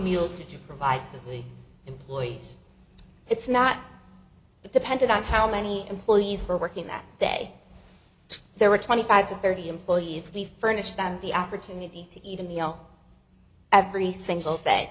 meals to provide the only employees it's not depended on how many employees for working that day there were twenty five to thirty employees we furnish them the opportunity to eat a meal every single day